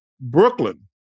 Brooklyn